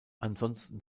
ansonsten